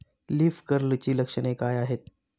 Leaf कर्लची लक्षणे काय आहेत?